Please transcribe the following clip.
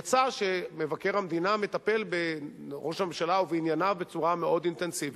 יצא שמבקר המדינה מטפל בראש הממשלה ובענייניו בצורה מאוד אינטנסיבית.